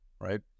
right